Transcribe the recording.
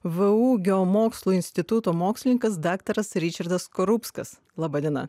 vu geomokslų instituto mokslininkas daktaras ričardas skorupskas laba diena